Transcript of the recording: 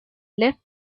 left